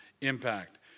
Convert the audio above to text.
impact